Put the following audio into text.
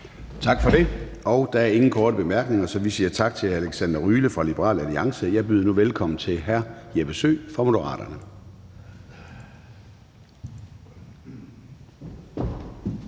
Tak for det. Der er ingen korte bemærkninger, så vi siger tak til hr. Alexander Ryle fra Liberal Alliance. Jeg byder nu velkommen til hr. Jeppe Søe fra Moderaterne.